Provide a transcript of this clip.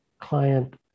client